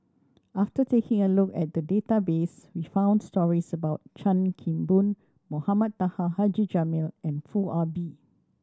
after taking a look at the database we found stories about Chan Kim Boon Mohamed Taha Haji Jamil and Foo Ah Bee